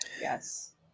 Yes